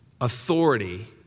authority